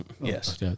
Yes